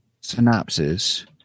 synopsis